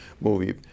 movie